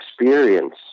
experience